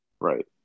right